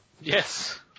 Yes